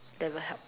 they will help